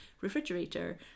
refrigerator